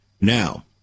Now